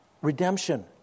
redemption